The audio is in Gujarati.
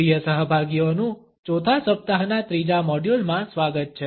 પ્રિય સહભાગીઓનું ચોથા સપ્તાહના 3જા મોડ્યુલમાં સ્વાગત છે